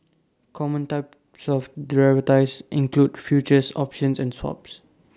common types of derivatives include futures options and swaps